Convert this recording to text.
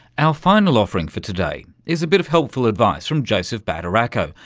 our final offering for today is a bit of helpful advice from joseph badaracco,